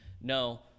No